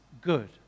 good